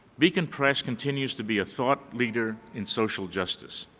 beacon press continues to be a thought leader in social justice.